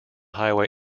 highway